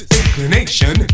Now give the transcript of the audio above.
inclination